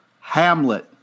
Hamlet